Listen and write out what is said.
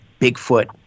Bigfoot